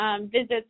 visits